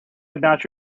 about